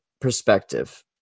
perspective